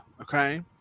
okay